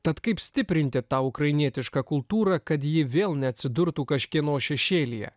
tad kaip stiprinti tą ukrainietišką kultūrą kad ji vėl neatsidurtų kažkieno šešėlyje